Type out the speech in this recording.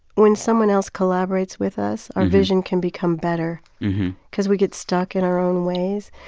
when someone else collaborates with us, our vision can become better cause we get stuck in our own ways.